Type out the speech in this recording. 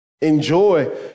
enjoy